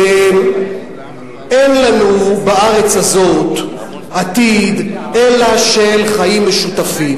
אין לנו בארץ הזו עתיד אלא של חיים משותפים,